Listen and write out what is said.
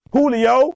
Julio